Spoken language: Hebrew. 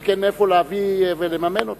רק אין מאיפה להביא ולממן אותם.